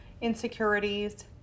insecurities